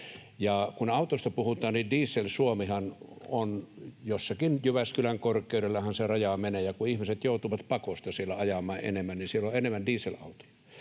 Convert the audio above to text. kun autoista puhutaan, niin Diesel-Suomen rajahan menee jossakin Jyväskylän korkeudella. Ja kun ihmiset joutuvat pakosta siellä ajamaan enemmän, niin siellä on enemmän dieselautoja.